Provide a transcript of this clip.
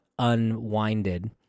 unwinded